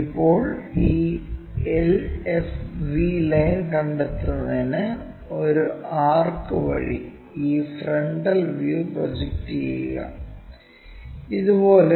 ഇപ്പോൾ ഈ LFV line കണ്ടെത്തുന്നതിന് ഒരു ആർക്ക് വഴി ഈ ഫ്രണ്ടൽ വ്യൂ പ്രോജക്റ്റ് ചെയ്യുക ഇതുപോലെ